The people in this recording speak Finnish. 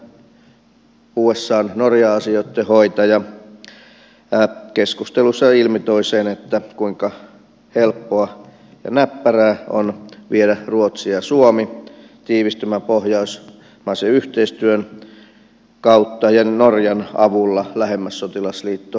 siellähän usan norjan asioitten hoitaja keskusteluissa toi ilmi sen kuinka helppoa ja näppärää on viedä ruotsi ja suomi tiivistyvän pohjoismaisen yhteistyön kautta ja norjan avulla lähemmäksi sotilasliitto natoa